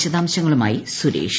വിശദാംശങ്ങളുമായി സുരേഷ്